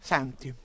Senti